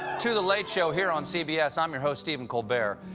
to the late show here on cbs. i'm your host, stephen colbert.